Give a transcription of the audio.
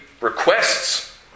requests